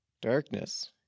darkness